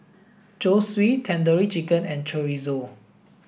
Zosui Tandoori Chicken and Chorizo